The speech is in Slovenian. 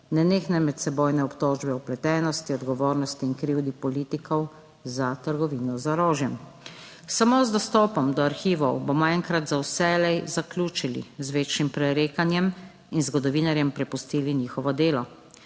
nenehne medsebojne obtožbe o vpletenosti, odgovornosti in krivdi politikov za trgovino z orožjem. Samo z dostopom do arhivov bomo enkrat za vselej zaključili z večjim prerekanjem in zgodovinarjem prepustili njihovo delo.